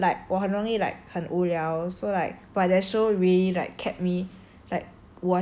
cause I get bored like 我很容易 like 很无聊 so like but that show really like kept me